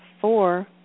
four